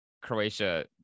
Croatia